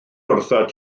wrthat